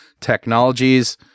technologies